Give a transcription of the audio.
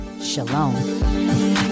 Shalom